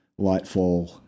Lightfall